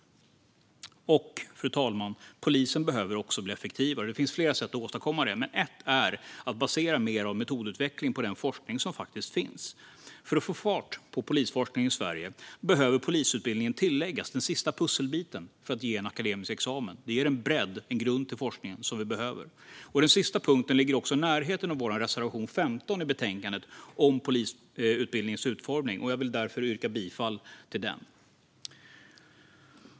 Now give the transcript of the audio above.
Det sjätte, fru talman, är att polisen behöver bli effektivare. Det finns flera sätt att åstadkomma detta. Ett sätt är att basera mer av metodutvecklingen på den forskning som faktiskt finns. För att få fart på polisforskningen i Sverige behöver polisutbildningen tilläggas den sista pusselbiten för att ge en akademisk examen. Detta ger en bredd och en grund till forskningen som vi behöver. Den sista punkten ligger i närheten av vår reservation 15 i betänkandet, om polisutbildningens utformning, och jag vill därför yrka bifall till den.